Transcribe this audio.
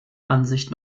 ansicht